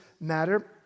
matter